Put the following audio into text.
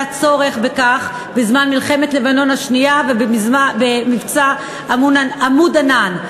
היה צורך בכך בזמן מלחמת לבנון השנייה ובמבצע "עמוד ענן".